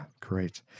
great